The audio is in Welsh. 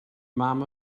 mam